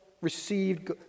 received